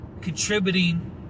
contributing